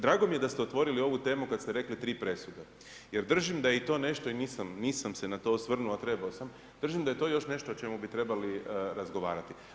Drago mi je da ste otvorili ovu temu kada ste rekli tri presude jer držim da je i to nešto i nisam, nisam se na to osvrnuo a trebao sam, držim da je to još nešto o čemu bi trebali razgovarati.